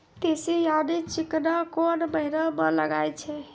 तीसी यानि चिकना कोन महिना म लगाय छै?